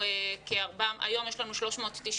היום יש לנו 390